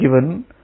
given